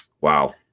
wow